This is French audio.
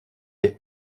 est